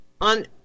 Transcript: on